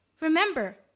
Remember